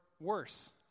worse